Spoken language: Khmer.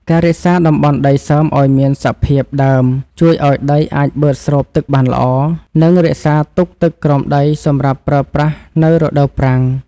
ការរក្សាតំបន់ដីសើមឱ្យមានសភាពដើមជួយឱ្យដីអាចបឺតស្រូបទឹកបានល្អ និងរក្សាទុកទឹកក្រោមដីសម្រាប់ប្រើប្រាស់នៅរដូវប្រាំង។